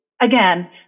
again